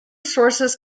sources